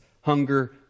hunger